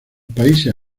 países